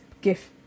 gift